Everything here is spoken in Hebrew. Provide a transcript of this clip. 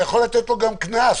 תופעה שלא קורית בציבורים מסוימים.